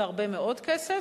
והרבה מאוד כסף,